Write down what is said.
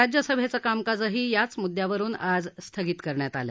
राज्यसभेचं कामकाजही याच मुद्यावरुन आज स्थगित करण्यात आलं